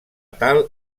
tal